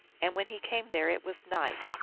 and when he came there it was night,